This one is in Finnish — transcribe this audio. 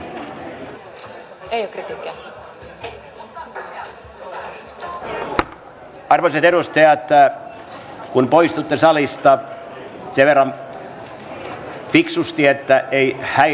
arvoisat edustajat jos poistutte salista sen verran fiksusti että ei häiritä puhujaa